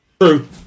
True